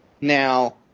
now